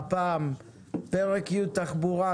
הפעם פרק י' (תחבורה),